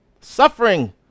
suffering